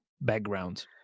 background